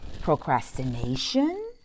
procrastination